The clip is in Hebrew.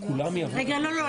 כולם יעברו --- לא, לא.